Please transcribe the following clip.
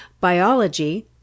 biology